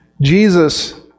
Jesus